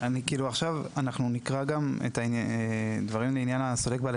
אנחנו נקרא גם את הדברים לעניין סולק בעל